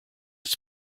its